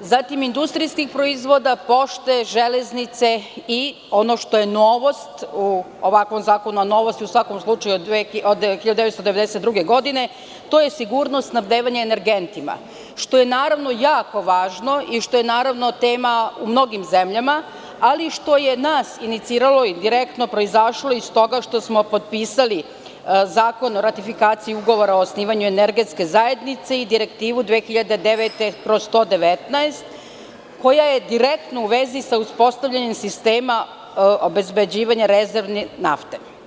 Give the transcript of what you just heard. zatim industrijskih proizvoda, pošte, železnice i ono što je novost u ovakvom zakonu, a novost je u svakom slučaju od 1992. godine, to je sigurnost snabdevanja energentima, što je naravno jako važno i što je tema u mnogim zemljama, ali i što je nas iniciralo i direktno proizašlo iz toga što smo potpisali Zakon o ratifikaciji Ugovora o osnivanju energetske zajednice i Direktivu 2009/119, koja je direktno u vezi sa uspostavljanjem sistema obezbeđivanja rezervi nafte.